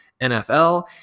nfl